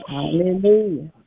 Hallelujah